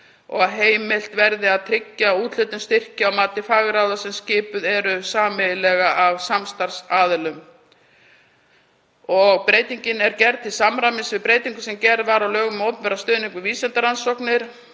og að heimilt verði að byggja úthlutun styrkja á mati fagráða sem skipuð eru sameiginlega af samstarfsaðilum. Breytingin er gerð til samræmis við breytingu sem gerð var á lögum um opinberan stuðning við vísindarannsóknir